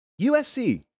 USC